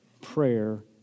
Prayer